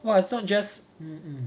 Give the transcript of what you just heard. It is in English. !wah! it's not just um um